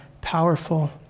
powerful